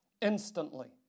Instantly